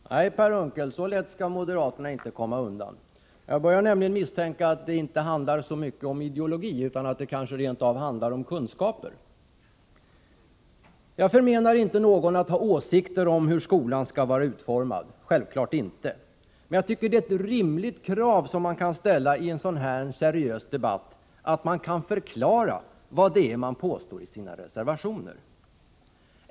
Fru talman! Nej, Per Unckel, så lätt skall moderaterna inte komma undan. Jag börjar misstänka att det inte handlar så mycket om ideologi utan att det rent av handlar om kunskaper. Jag förmenar självfallet inte någon att ha åsikter om hur skolan skall vara utformad. Jag tycker emellertid att det är ett rimligt krav i en seriös debatt att man kan förklara vad det är man påstår i sina reservationer.